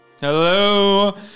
Hello